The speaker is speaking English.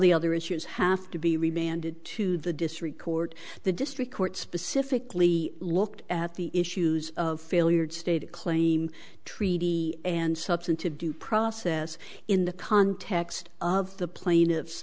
the other issues have to be rebranded to the district court the district court specifically looked at the issues of failure to state a claim treaty and substantive due process in the context of the plaintiffs